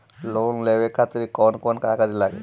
Loan लेवे खातिर कौन कौन कागज लागी?